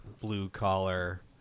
blue-collar